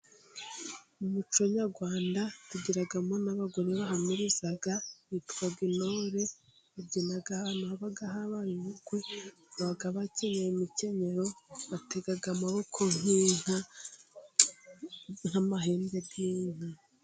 Mu muco nyarwanda tugiramo n'abagore bahamiriza bitwa intore. Babyina ahantu haba habaye ubukwe, baba bakenyeye imikenyero, batega amaboko nk'inka, nk'amahembe y'inka.